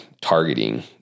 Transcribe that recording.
targeting